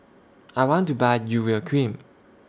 I want to Buy Urea Cream